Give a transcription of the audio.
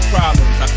Problems